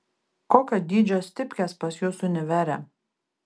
kokio dydžio stipkės pas jus univere